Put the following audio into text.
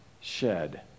shed